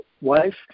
wife